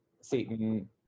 Satan